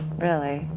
really.